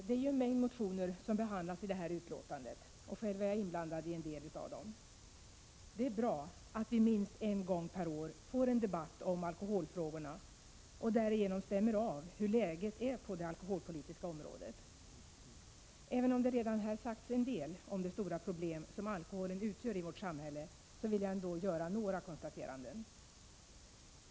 Fru talman! I det här betänkandet behandlas en mängd motioner. Själv är jag inblandad i en del av dem. Det är bra att vi minst en gång per år får en debatt om alkoholfrågorna och därigenom stämmer av hur läget är på det alkoholpolitiska området. Även om det redan här sagts en del om det stora problem som alkoholen utgör i vårt samhälle, vill jag göra några konstateranden.